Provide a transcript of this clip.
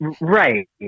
Right